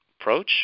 approach